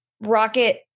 Rocket